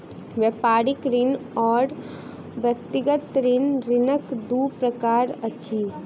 व्यापारिक ऋण आर व्यक्तिगत ऋण, ऋणक दू प्रकार अछि